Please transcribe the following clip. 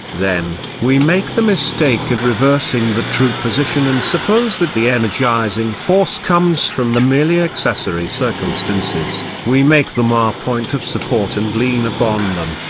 then, we make the mistake of reversing the true position and suppose that the energising force comes from the merely accessory circumstances, we make them our point of support and lean upon them,